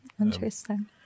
Interesting